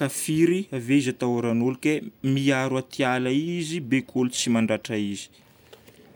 Kafiry. Ave izy atahôran'olo ke miaro aty ala io izy beko olo tsy mandratra izy.